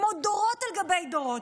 כמו דורות על גבי דורות.